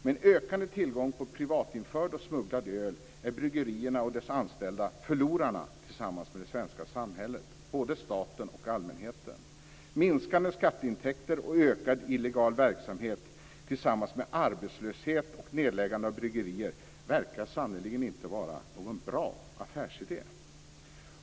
Med en ökande tillgång på privatinförd och smugglad öl är bryggerierna och deras anställda förlorarna tillsammans med det svenska samhället, både staten och allmänheten. Minskande skatteintäkter och ökad illegal verksamhet tillsammans med arbetslöshet och nedläggande av bryggerier verkar sannerligen inte vara någon bra affärsidé.